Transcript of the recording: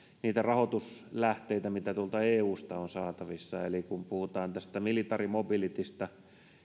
niitä rahoituslähteitä mitä eusta on saatavissa eli kun puhutaan military mobilitystä